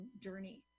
journey